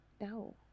no